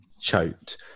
choked